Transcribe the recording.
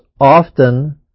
often